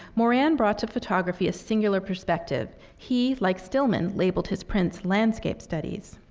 moran brought to photography a singular perspective. he, like stillman, labeled his prints landscape studies.